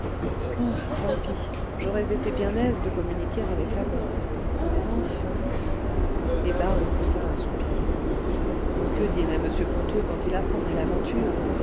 tant pis j'aurais été bien aise de communiquer avec la banque enfin et barbe poussa un soupir que dirait m ponto quand il apprendrait l'aventure